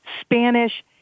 Spanish